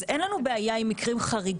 אז אין לנו בעיה עם מקרים חריגים.